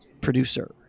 producer